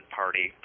party